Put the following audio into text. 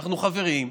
אנחנו חברים,